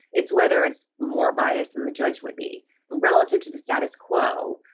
it's whether it's more bias than the judge would be relative to the status quo.